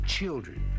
Children